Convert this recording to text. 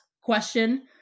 question